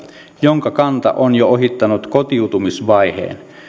jonka kanta on jo ohittanut kotiutumisvaiheen